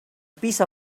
piece